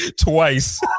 twice